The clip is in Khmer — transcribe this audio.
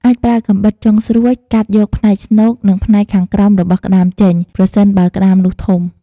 អាចប្រើកាំបិតចុងស្រួច កាត់យកផ្នែកស្នូក និងផ្នែកខាងក្រោមរបស់ក្ដាមចេញ ប្រសិនបើក្ដាមនោះធំ។